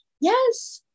yes